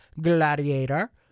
Gladiator